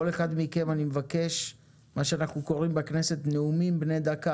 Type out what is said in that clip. כל אחד מכם אני מבקש מה שאנחנו קוראים בכנסת נאומים בני דקה,